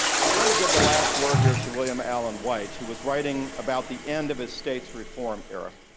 i'm going to give the last word here to william allen white, who was writing about the end of his state's reform era